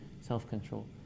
self-control